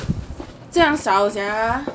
这样少 sia